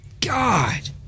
God